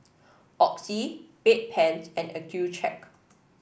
Oxy Bedpans and Accucheck